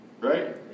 Right